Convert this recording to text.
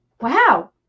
wow